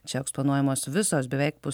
čia eksponuojamos visos beveik